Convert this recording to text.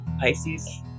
Pisces